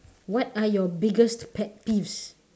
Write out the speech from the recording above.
what are your biggest pet peeves